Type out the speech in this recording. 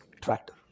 tractor